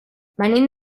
venim